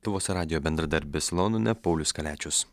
lietuvos radijo bendradarbis londone paulius kaliačius